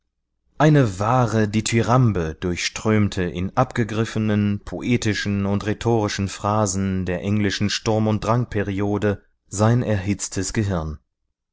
eine wahre dithyrambe durchstürmte in abgegriffenen poetischen und rhetorischen phrasen der englischen sturm und drangperiode sein erhitztes gehirn